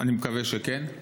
אני מקווה שכן.